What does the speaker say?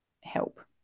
help